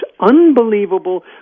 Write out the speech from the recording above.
unbelievable